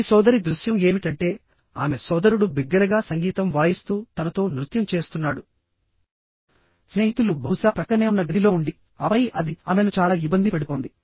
ఈ సోదరి దృశ్యం ఏమిటంటే ఆమె సోదరుడు బిగ్గరగా సంగీతం వాయిస్తూ తనతో నృత్యం చేస్తున్నాడుస్నేహితులు బహుశా ప్రక్కనే ఉన్న గదిలో ఉండి ఆపై అది ఆమెను చాలా ఇబ్బంది పెడుతోంది